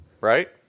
right